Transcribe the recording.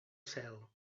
cel